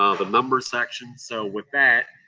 ah the numbered section. so, with that,